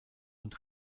und